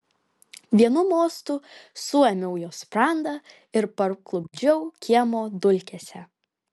vienu mostu suėmiau jo sprandą ir parklupdžiau kiemo dulkėse